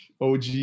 OG